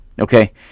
Okay